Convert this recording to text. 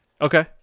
Okay